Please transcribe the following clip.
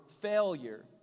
failure